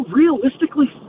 realistically